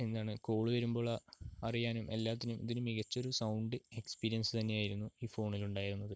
എന്താണ് കോൾ വരുമ്പോൾ അറിയാനും എല്ലാത്തിനും ഇതൊരു മികച്ച ഒരു സൗണ്ട് എക്സ്പീരിയൻസ് തന്നെയായിരുന്നു ഈ ഫോണിലുണ്ടായിരുന്നത്